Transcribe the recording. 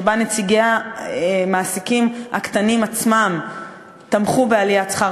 שבהם נציגי המעסיקים הקטנים עצמם תמכו בעליית שכר